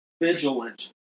vigilant